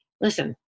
listen